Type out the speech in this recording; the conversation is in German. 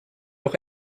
auch